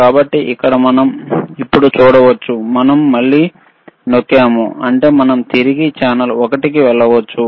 కాబట్టి ఇక్కడ మనం ఇప్పుడు చూడవచ్చు మనం మళ్ళీ నొక్కాము అంటే మనం తిరిగి ఛానెల్ ఒకటి కి వెళ్ళవచ్చు